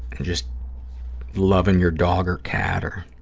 and just loving your dog or cat or